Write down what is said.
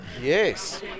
yes